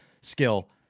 skill